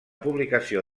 publicació